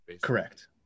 Correct